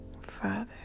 father